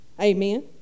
Amen